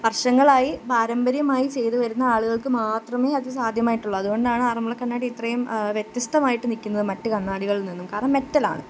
വർഷങ്ങളായി പാരമ്പര്യമായി ചെയ്തുവരുന്ന ആളുകൾക്ക് മാത്രമേ അത് സാധ്യമായിട്ടുള്ളൂ അതുകൊണ്ടാണ് ആറമ്മുള കണ്ണാടി ഇത്രയും വ്യത്യസ്ഥമായിട്ട് നിൽക്കുന്നത് മറ്റു കണ്ണാടികളിൽ നിന്നും കാരണം മെറ്റലാണ്